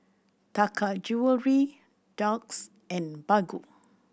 Taka Jewelry Doux and Baggu